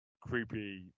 creepy